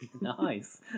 nice